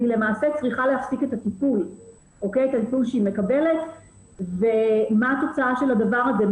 והיא למעשה צריכה להפסיק את הטיפול שהיא מקבלת ומה התוצאה של הדבר הזה,